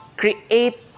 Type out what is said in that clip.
create